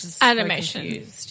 Animation